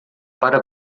para